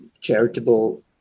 charitable